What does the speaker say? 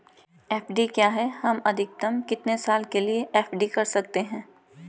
FD क्या है हम अधिकतम कितने साल के लिए एफ.डी कर सकते हैं?